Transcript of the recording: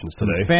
today